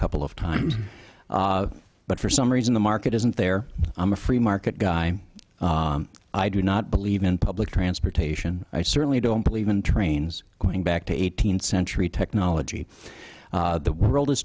couple of times but for some reason the market isn't there i'm a free market guy i do not believe in public transportation i certainly don't believe in trains going back to eighteenth century technology the world is